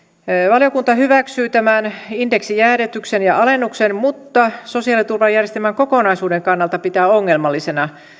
valiokunta hyväksyy tämän indeksijäädytyksen ja alennuksen mutta sosiaaliturvajärjestelmän kokonaisuuden kannalta pitää ongelmallisena